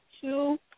two